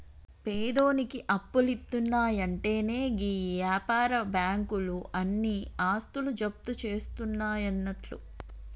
పేదోనికి అప్పులిత్తున్నయంటెనే గీ వ్యాపార బాకుంలు ఆని ఆస్తులు జప్తుజేస్తయన్నట్లు